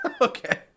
Okay